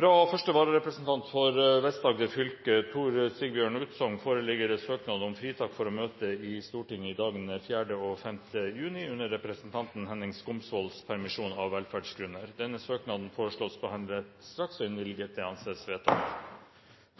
Fra første vararepresentant for Vest-Agder fylke, Tor Sigbjørn Utsogn, foreligger søknad om fritak for å møte i Stortinget i dagene 4. og 5. juni under representanten Henning Skumsvolls permisjon, av velferdsgrunner. Søknaden foreslås behandlet straks og innvilget. – Det anses vedtatt.